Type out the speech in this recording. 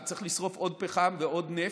כי צריך לשרוף עוד פחם ועוד נפט,